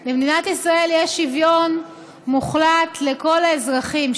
במדינת ישראל יש שוויון מוחלט לכל האזרחים,